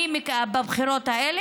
בבחירות האלה.